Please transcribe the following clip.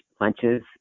lunches